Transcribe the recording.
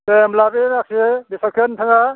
दे होनब्ला बे गासै बेसादखौ नोंथाङा